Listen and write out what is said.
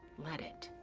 let it.